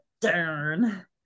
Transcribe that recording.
darn